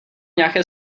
nějaké